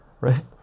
right